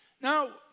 Now